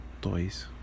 Toys